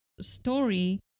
story